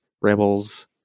rebels